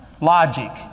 logic